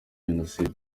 jenoside